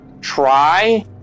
try